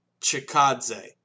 Chikadze